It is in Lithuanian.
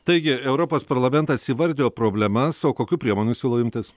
taigi europos parlamentas įvardijo problemas o kokių priemonių siūlo imtis